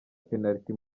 penariti